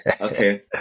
Okay